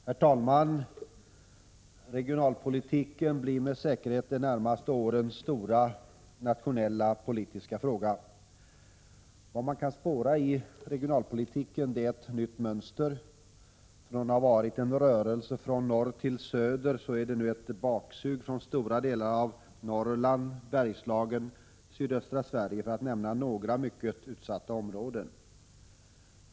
Herr talman! Regionalpolitiken blir med stor säkerhet de närmaste årens stora nationella politiska fråga. Vad man kan spåra i regionalpolitiken är ett nytt mönster. Från att ha varit en rörelse från norr till söder så är det nu ett ”baksug” från stora delar av Norrland, Bergslagen och sydöstra Sverige, för att nämna några mycket utsatta områden.